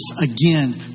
again